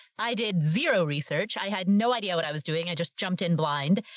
i did zero research. i had no idea what i was doing. i just jumped in blind,